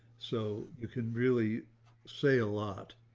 so you can really say a lot,